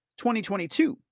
2022